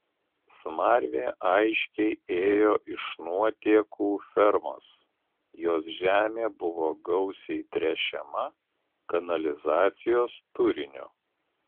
smarvė aiškiai ėjo iš nuotėkų fermos jos žemė buvo gausiai tręšiama kanalizacijos turiniu